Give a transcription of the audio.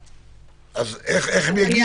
אז איך הם יגיעו?